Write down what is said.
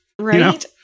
Right